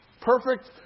Perfect